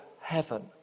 heaven